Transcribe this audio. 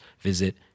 visit